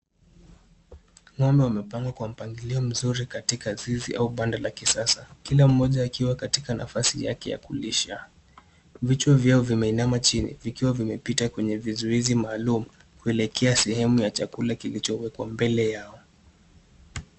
Ng'ombe wamepangwa kwa mpangilio mzuri katika zizi au banda la kisasa, kila mmoja akiwa katika nafasi yake ya kulisha. Vichwa vyao vimeinama chini vikiwa vimepita kwenye vizuizi maalum kuelekea sehemu ya chakula kilichowekwa mbele yao.